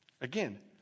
Again